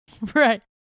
Right